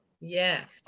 Yes